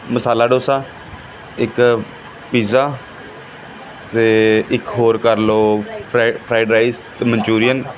ਮਸਾਲਾ ਡੋਸਾ ਇੱਕ ਪੀਜ਼ਾ ਅਤੇ ਇੱਕ ਹੋਰ ਕਰ ਲਓ ਫਰਾਈ ਫਰਾਈਡ ਰਾਈਜ ਅਤੇ ਮਨਚੂਰੀਅਨ